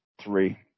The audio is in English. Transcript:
three